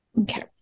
Okay